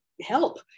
help